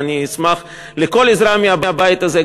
ואני אשמח על כל עזרה מהבית הזה,